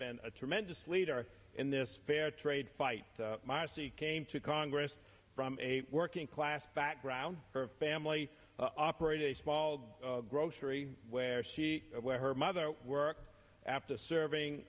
been a tremendous leader in this fairtrade fight marcy came to congress from a working class background her family operated a small grocery where she where her mother worked after serving